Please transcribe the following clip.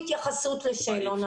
התייחסות לשאלון הראמ"ה.